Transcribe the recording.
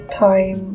time